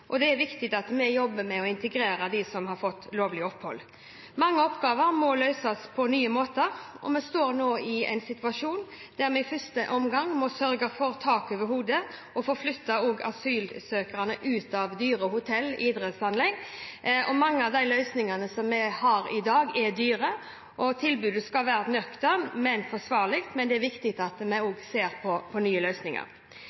og det er viktig at vi jobber med å integrere dem som har fått lovlig opphold. Mange oppgaver må løses på nye måter. Vi står nå i en situasjon der vi i første omgang må sørge for tak over hodet og få flyttet asylsøkerne ut av dyre hoteller og idrettsanlegg. Mange av de løsningene vi har i dag, er dyre. Tilbudet skal være nøkternt, men forsvarlig. Men det er viktig at vi også ser på nye løsninger.